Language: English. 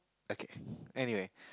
okay anyway